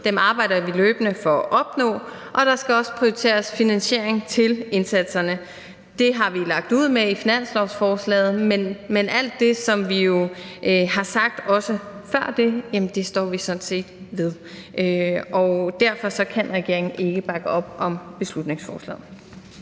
dem arbejder vi løbende for at opnå, og der skal også prioriteres finansiering til indsatserne. Det har vi lagt ud med i finanslovsforslaget, men alt det, som vi jo også har sagt før det, står vi sådan set ved. Derfor kan regeringen ikke bakke op om beslutningsforslaget.